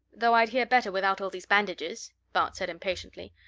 though i'd hear better without all these bandages, bart said impatiently.